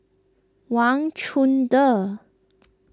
Wang Chunde